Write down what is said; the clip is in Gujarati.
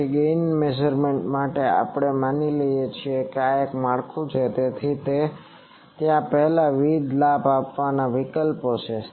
તેથી ગેઇન મેઝરમેન્ટ માટે આપણે માની લઈએ છીએ કે આ એક માળખું છે અને તે પહેલાં ત્યાં વિવિધ લાભ માપવાના વિકલ્પો છે